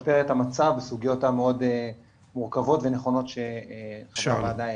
לשפר את המצב בסוגיות המאוד מורכבות ונכונות שעלו בוועדה.